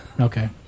Okay